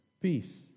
peace